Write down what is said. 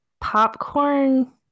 popcorn